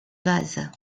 bases